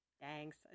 Thanks